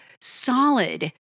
solid